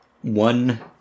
one